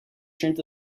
turned